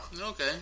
Okay